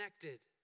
connected